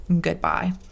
Goodbye